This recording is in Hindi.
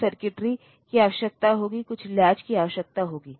तो इस तरह यह आसान हो जाता है या तो बेहतर हो जाता है अगर आप मशीन लैंग्वेज में लिखें